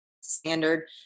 standard